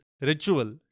ritual